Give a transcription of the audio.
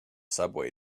subway